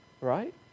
Right